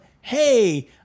hey